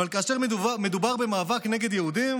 אבל כאשר מדובר במאבק נגד יהודים,